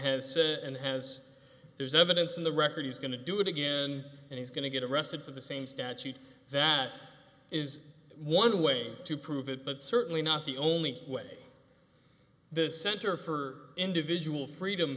has and has there's evidence in the record he's going to do it again and he's going to get arrested for the same statute that is one way to prove it but certainly not the only way the center for individual freedom